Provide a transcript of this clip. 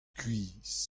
skuizh